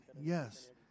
yes